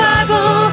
Bible